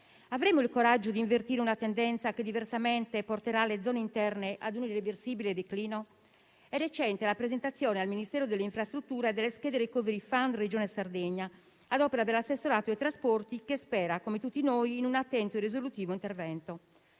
Avremo il coraggio di invertire una tendenza che diversamente porterà le zone interne ad un irreversibile declino? È recente la presentazione al Ministero delle infrastrutture e della mobilità sostenibili delle schede *recovery fund* per la Regione Sardegna, ad opera dell'Assessorato ai trasporti che - come tutti noi - spera in un attento e risolutivo intervento.